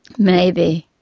maybe.